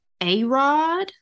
A-Rod